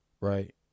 right